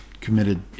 committed